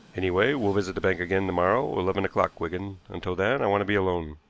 anyway, we'll visit the bank again to-morrow. eleven o'clock, wigan. until then i want to be alone.